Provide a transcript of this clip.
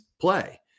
play